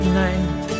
night